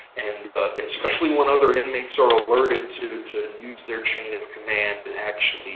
and especially, when other inmates are alerted to to use their chain of command and actually